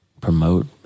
promote